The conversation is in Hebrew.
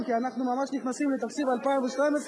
כי אנחנו ממש נכנסים לתקציב 2012,